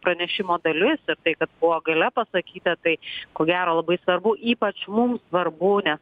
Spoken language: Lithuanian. pranešimo dalis tai kad buvo gale pasakyta tai ko gero labai svarbu ypač mums svarbu ne